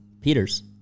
Peters